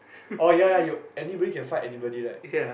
oh ya ya you anybody can fight anybody right